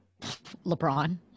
lebron